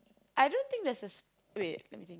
I don't think there's a sp~ wait let me think